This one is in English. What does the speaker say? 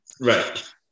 right